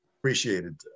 appreciated